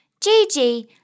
Gigi